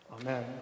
Amen